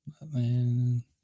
man